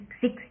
six